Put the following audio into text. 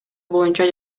боюнча